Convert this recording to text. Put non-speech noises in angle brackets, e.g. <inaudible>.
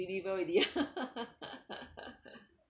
deliver already <laughs>